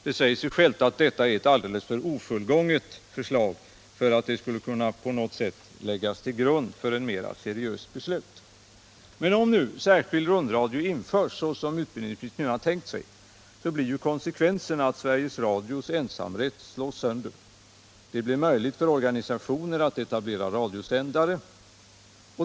Det säger sig självt att detta är ett alldeles för ofullgånget förslag för att det på något sätt skulle kunna läggas till grund för ett mera seriöst beslut. Om en särskild rundradio införs, såsom utbildningsministern tydligen har tänkt sig, blir ju konsekvensen att Sveriges Radios ensamrätt slås sönder. Det blir möjligt för organisationer att etablera radiosändare.